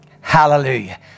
Hallelujah